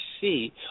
see